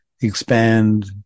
expand